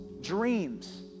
dreams